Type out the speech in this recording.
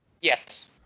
yes